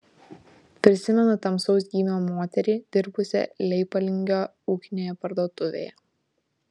prisimenu tamsaus gymio moterį dirbusią leipalingio ūkinėje parduotuvėje